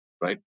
right